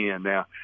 now